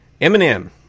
Eminem